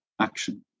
action